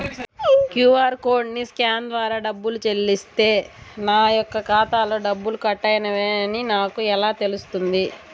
QR కోడ్ని scan ద్వారా డబ్బులు చెల్లిస్తే నా యొక్క ఖాతాలో డబ్బులు కట్ అయినవి అని నాకు ఎలా తెలుస్తుంది?